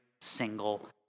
single